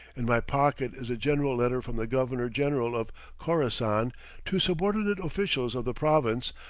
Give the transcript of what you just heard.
in my pocket is a general letter from the governor-general of khorassan to subordinate officials of the province,